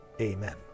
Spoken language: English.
amen